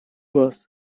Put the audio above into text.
was